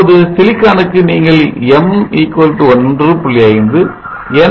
இப்போது silicon க்கு நீங்கள் m 1